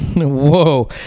Whoa